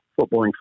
footballing